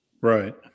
right